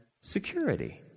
security